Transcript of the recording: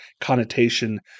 connotation